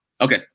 Okay